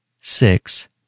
six